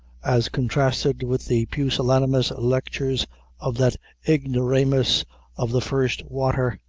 as contrasted with the pusillanimous lectures of that ignoramus of the first water,